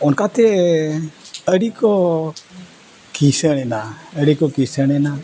ᱚᱱᱠᱟᱛᱮ ᱟᱹᱰᱤ ᱠᱚ ᱠᱤᱥᱟᱹᱲ ᱮᱱᱟ ᱟᱹᱰᱤ ᱠᱚ ᱠᱤᱥᱟᱹᱲ ᱮᱱᱟ